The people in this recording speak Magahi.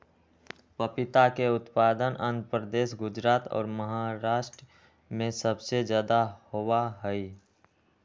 पपीता के उत्पादन आंध्र प्रदेश, गुजरात और महाराष्ट्र में सबसे ज्यादा होबा हई